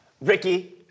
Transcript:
Ricky